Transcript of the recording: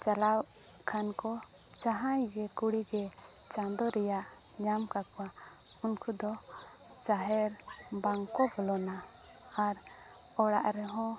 ᱪᱟᱞᱟᱜ ᱠᱷᱟᱱ ᱠᱚ ᱡᱟᱦᱟᱭ ᱜᱮ ᱠᱩᱲᱤᱜᱮ ᱪᱟᱸᱫᱳ ᱨᱮᱭᱟᱜ ᱧᱟᱢ ᱠᱟᱠᱚᱣᱟ ᱩᱱᱠᱩ ᱫᱚ ᱡᱟᱦᱮᱨ ᱵᱟᱝ ᱠᱚ ᱵᱚᱞᱚᱱᱟ ᱟᱨ ᱚᱲᱟᱜ ᱨᱮᱦᱚᱸ